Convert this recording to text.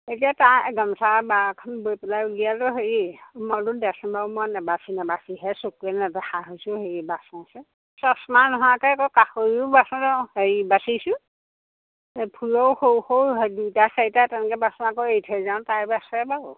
এতিয়া তাৰ গামোচা বা এখন বৈ পেলাই উলিয়ালোঁ হেৰি মই বোলো মই নেবাচি নেবাচিহে চকুৱে নেদেখা হৈছোঁ হেৰি বাচোছোঁ চচমা নোহোৱাকে আকৌ কাষৰীও বাচনওঁ হেৰি বাচিছোঁ ফুলো সৰু সৰু দুইটা চাৰিটা তেনেকে বাচোঁ আকৌ এৰি থৈ যাওঁ তাইবা বাচে বাৰু